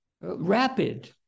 rapid